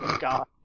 God